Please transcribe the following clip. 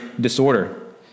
disorder